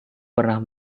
pernah